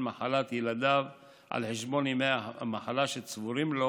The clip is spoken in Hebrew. מחלת ילדיו על חשבון ימי המחלה שצבורים לו